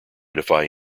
defy